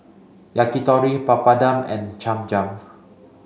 Yakitori Papadum and Cham Cham